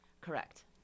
Correct